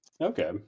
okay